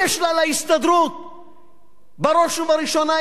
בראש ובראשונה אם איננה עוסקת באיגוד עובדים?